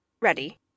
Ready